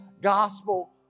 gospel